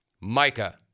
Micah